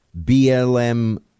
BLM